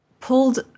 pulled